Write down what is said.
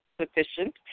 sufficient